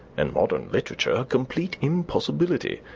and modern literature a complete impossibility!